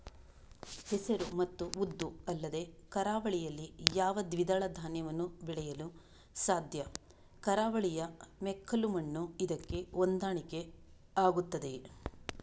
ಹೆಸರು ಮತ್ತು ಉದ್ದು ಅಲ್ಲದೆ ಕರಾವಳಿಯಲ್ಲಿ ಯಾವ ದ್ವಿದಳ ಧಾನ್ಯವನ್ನು ಬೆಳೆಯಲು ಸಾಧ್ಯ? ಕರಾವಳಿಯ ಮೆಕ್ಕಲು ಮಣ್ಣು ಇದಕ್ಕೆ ಹೊಂದಾಣಿಕೆ ಆಗುತ್ತದೆಯೇ?